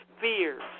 fears